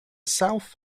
south